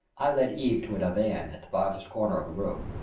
i led eve to a divan at the farther corner of the room.